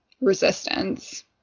resistance